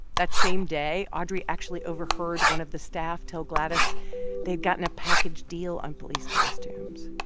that same day, audrey actually overheard one of the staff tell gladys they'd gotten a package deal on police costumes